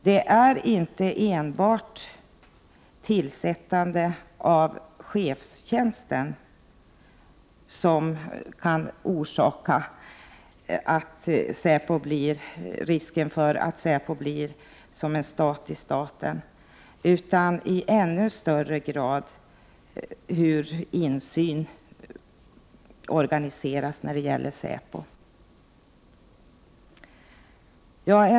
Det är inte enbart tillsättandet av chefstjänsten som innebär en risk för att säpo blir som en stat i staten, utan i ännu högre grad beror detta på hur insynen i säpo organiseras.